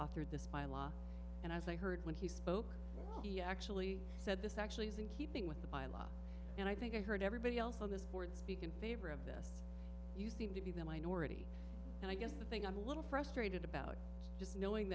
authored this by law and as i heard when he spoke actually said this actually is in keeping with the bylaws and i think i heard everybody else on this board speak in favor of this you seem to be the minority and i guess the thing i'm a little frustrated about just knowing